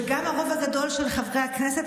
וגם הרוב הגדול של חברי הכנסת,